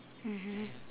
mmhmm